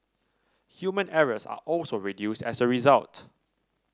human errors are also reduced as a result